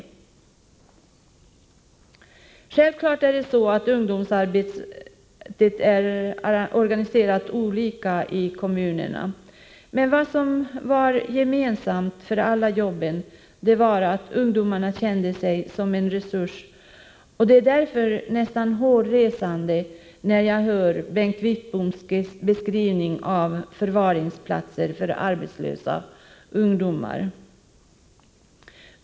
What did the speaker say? Självfallet är ungdomsarbetet olika organiserat i kommunerna, men vad som var gemensamt för alla jobben var att ungdomarna kände sig som en resurs, Det är därför nästan hårresande att höra Bengt Wittboms beskrivning av ”förvaringsplatser” för arbetslösa ungdomar.